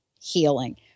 healing